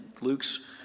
Luke's